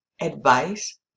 advice